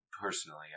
personally